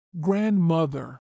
grandmother